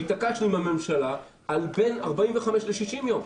שהתעקשנו עם הממשלה על 45 יום או 60 יום,